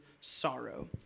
sorrow